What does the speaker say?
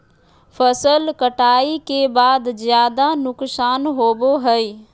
फसल कटाई के बाद ज्यादा नुकसान होबो हइ